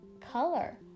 color